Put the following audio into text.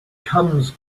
comes